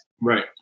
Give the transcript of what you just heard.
right